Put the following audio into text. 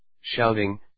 shouting